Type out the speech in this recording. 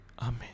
Amen